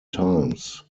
times